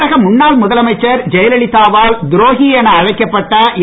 தமிழக முன்னாள் முதலமைச்சர் ஜெயலலிதா வால் துரோகி என அழைக்கப்பட்ட என்